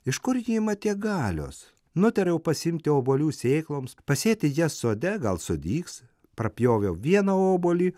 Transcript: iš kur ji ima tiek galios nutariau pasiimti obuolių sėkloms pasėti jas sode gal sudygs prapjoviau vieną obuolį